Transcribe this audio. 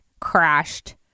crashed